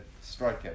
striker